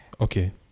okay